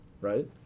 right